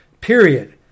period